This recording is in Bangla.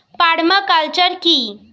পার্মা কালচার কি?